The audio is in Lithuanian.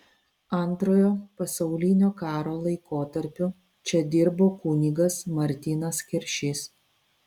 antrojo pasaulinio karo laikotarpiu čia dirbo kunigas martynas keršys